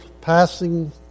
passing